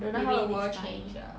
maybe next time